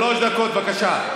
שלוש דקות, בבקשה.